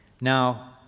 Now